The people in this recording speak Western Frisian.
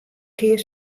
kear